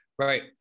Right